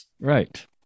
right